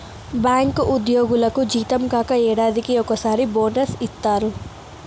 bank ఉద్యోగులకు జీతం కాక ఏడాదికి ఒకసారి బోనస్ ఇత్తారు